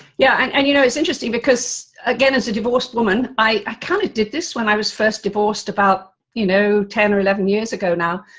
yeah and and you know it's interesting, because again, as a divorced woman, i kind of did this when i was first divorced, about you know, ten or eleven years ago now,